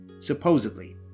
supposedly